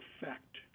effect